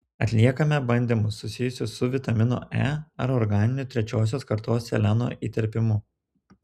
atliekame bandymus susijusius su vitamino e ar organiniu trečiosios kartos seleno įterpimu